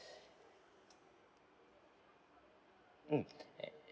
mm